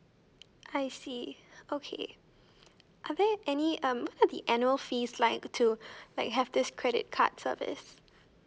I see okay are there any um at the annual fee like to like have this credit card service